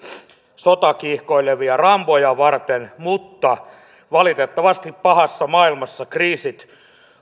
sotakiihkoilevia ramboja varten mutta valitettavasti pahassa maailmassa kriisit